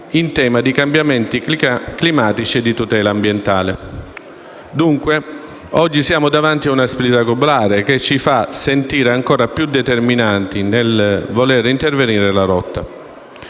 in tema di cambiamenti climatici e di tutela ambientale. Oggi siamo dunque davanti a una sfida globale che ci fa sentire ancora più determinanti nel voler intervenire nella lotta